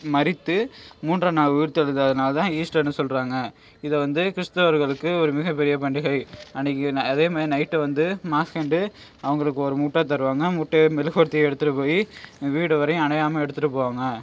மறித்து மூன்றாம் நாள் உயிர்த்தெழுந்த நாள் தான் ஈஸ்டர்னு சொல்கிறாங்க இதை வந்து கிறிஸ்தவர்களுக்கு ஒரு மிகப்பெரிய பண்டிகை அன்றைக்கி அதேமாதிரி நைட்டு வந்து மாஸ்ஸில் வந்து அவங்களுக்கு ஒரு முட்டை தருவாங்க முட்டையும் மெழுகுவர்த்தியும் எடுத்துட்டு போய் வீடு வரையும் அணையாமல் எடுத்துகிட்டு போவாங்க